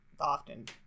often